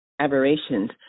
aberrations